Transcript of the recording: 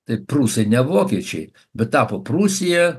tai prūsai ne vokiečiai bet tapo prūsija